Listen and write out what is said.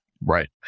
Right